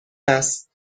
است